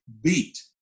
beat